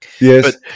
Yes